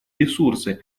ресурсы